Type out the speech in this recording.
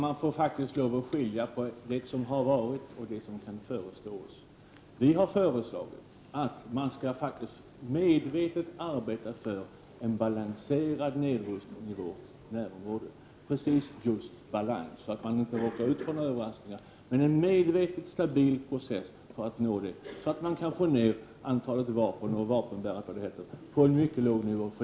Herr talman! Man får lova att skilja på det som har varit och det som kan förestå oss. Miljöpartiet har föreslagit att man skall medvetet arbeta för en balanserad nedrustning i vårt närområde. Det skall just vara balans så att man inte råkar ut för några överraskningar, men det skall vara en medvetet stabil process för att få ned antalet vapen och vapenbärare till en mycket låg nivå.